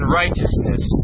righteousness